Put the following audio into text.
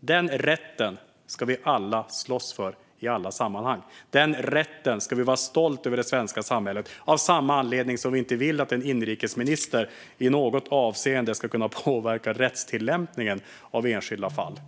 Denna rätt ska vi alla slåss för i alla sammanhang. När det gäller den rätten ska vi vara stolta över det svenska samhället. Av samma anledning vill vi inte att en inrikesminister i något avseende ska kunna påverka rättstillämpningen i enskilda fall.